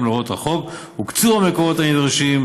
להוראות החוק הוקצו המקורות הנדרשים,